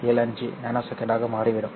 75 ns ஆக மாறிவிடும்